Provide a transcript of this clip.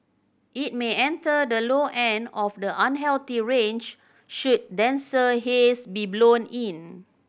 it may enter the low end of the unhealthy range should denser haze be blown in